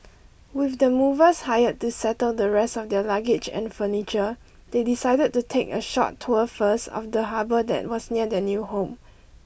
with the movers hired to settle the rest of their luggage and furniture they decided to take a short tour first of the harbour that was near their new home